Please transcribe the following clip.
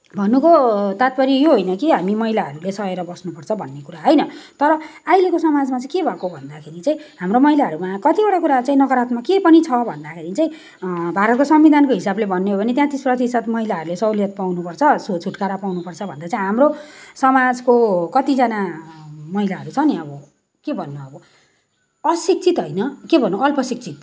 भन्नुको तात्पर्य हो होइन कि हामी महिलाहरूले सहेर बस्नुपर्छ भन्ने होइन तर अहिलेको समाजमा चाहिँ भएको हो भन्दाखेरि चाहिँ हाम्रो महिलाहरूमा कत्तिवटा कुरा नकारात्मक के पनि छ भन्दाखेरि चाहिँ भारतको संविधानको हिसाबले भन्नु हो भने त्यात्तिस प्रतिशत महिलाहरूले सहुलियत पाउनुपर्छ छुटकारा पाउनुपर्छ भन्ने चाहिँ हाम्रो समाजको कत्तिजना महिलाहरू छ नि अब के भन्नु अशिक्षित होइन के भन्नु अल्पशिक्षित